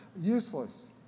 useless